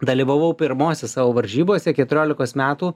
dalyvavau pirmose savo varžybose keturiolikos metų